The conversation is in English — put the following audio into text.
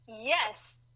Yes